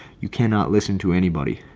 you cannot listen to anybody.